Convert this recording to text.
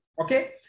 Okay